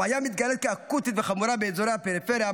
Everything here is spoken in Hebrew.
הבעיה מתגלית כאקוטית וחמורה באזורי הפריפריה,